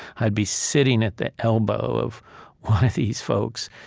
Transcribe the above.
i'd be sitting at the elbow of one of these folks,